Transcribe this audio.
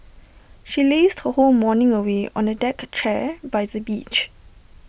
she lazed her whole morning away on A deck chair by the beach